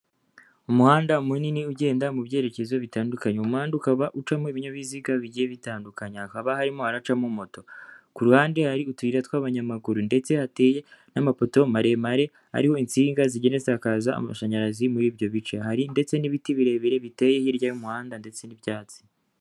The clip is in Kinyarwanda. Umuhanda munini ugenda mu byerekezo bitandukanye. Uwo umuhanda ukaba ucamo ibinyabiziga bigiye bitandukanya, hakaba harimo haracamo moto. Ku ruhande hari utuyira tw'abanyamaguru, ndetse hateye n'amapoto maremare ariho insinga zigeretse, hakaza amashanyarazi muri ibyo bice. Hari ndetse n'ibiti birebire biteye hirya y'umuhanda ndetse n'ibyatsi.